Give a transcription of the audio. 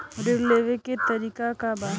ऋण लेवे के तरीका का बा?